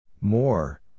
More